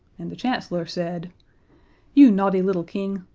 and the chancellor said you naughty little king!